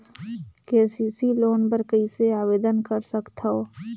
KCC loan बर कइसे आवेदन कर सकथव?